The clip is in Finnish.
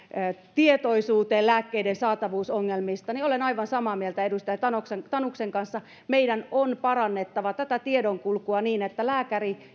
tietoisuuteen lääkkeiden saatavuusongelmista niin olen aivan samaa mieltä edustaja tanuksen tanuksen kanssa siitä että meidän on parannettava tätä tiedonkulkua niin että lääkäri